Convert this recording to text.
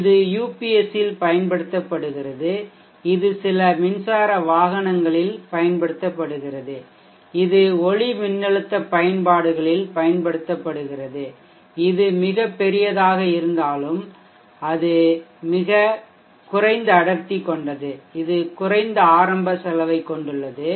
இது யுபிஎஸ்ஸில் பயன்படுத்தப்படுகிறது இது சில மின்சார வாகனங்களில் பயன்படுத்தப்படுகிறது இது ஒளிமின்னழுத்த பயன்பாடுகளில் பயன்படுத்தப்படுகிறது இது மிகப் பெரியதாக இருந்தாலும் அது மிகக் குறைந்த அடர்த்தி கொண்டது இது குறைந்த ஆரம்ப செலவைக் கொண்டுள்ளது